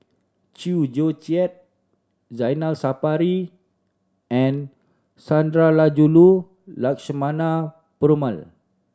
Chew Joo Chiat Zainal Sapari and Sundarajulu Lakshmana Perumal